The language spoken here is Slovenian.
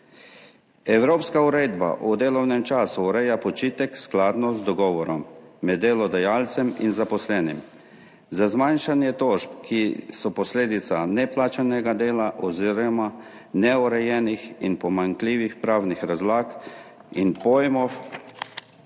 Evropska uredba o delovnem času ureja počitek skladno z dogovorom med delodajalcem in zaposlenim. Za zmanjšanje tožb, ki so posledica neplačanega dela oziroma neurejenih in pomanjkljivih pravnih razlag in pojmov